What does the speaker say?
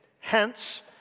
Hence